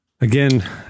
Again